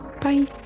bye